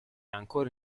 ancora